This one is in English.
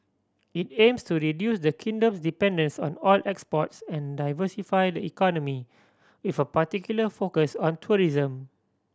it aims to reduce the kingdom's dependence on oil exports and diversify the economy with a particular focus on tourism